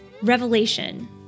revelation